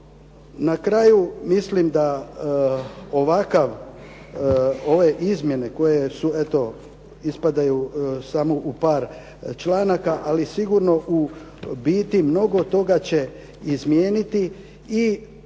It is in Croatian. Na kraju, mislim da ovakav, ove izmjene koje su eto ispadaju samo u par članaka, ali sigurno u biti mnogo toga će izmijeniti.